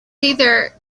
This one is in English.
either